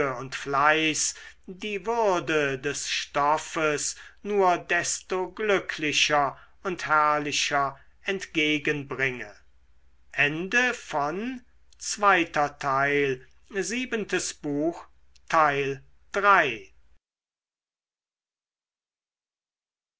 und fleiß die würde des stoffes nur desto glücklicher und herrlicher entgegenbringe